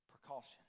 precaution